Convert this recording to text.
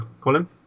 Colin